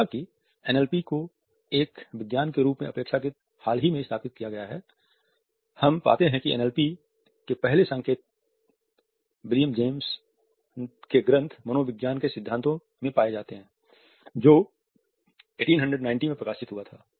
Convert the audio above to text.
हालांकि एनएलपी को एक विज्ञान के रूप में अपेक्षाकृत हाल ही में स्थापित किया गया है हम पाते हैं कि एनएलपी के पहले संकेत विलियम जेम्स के ग्रन्थ मनोविज्ञान के सिद्धांतों में पाए जाते हैं जो 1890 में प्रकाशित हुआ था